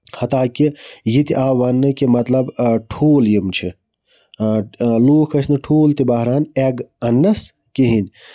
ہَتاکہِ ییٚتہِ آو وَننہٕ کہِ مطلب ٹھوٗل یِم چھِ لوٗکھ ٲسۍ نہٕ ٹھوٗل تہِ بَہران ایگ اَننَس کِہیٖنۍ